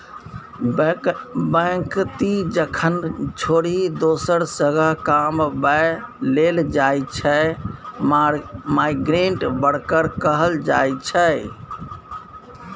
बेकती जखन घर छोरि दोसर जगह कमाबै लेल जाइ छै माइग्रेंट बर्कर कहल जाइ छै